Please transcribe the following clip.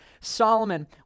Solomon